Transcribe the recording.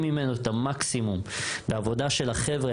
ממנו את המקסימום בעבודה של החבר'ה,